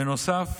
בנוסף,